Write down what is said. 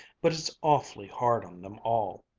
but it's awfully hard on them all.